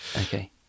Okay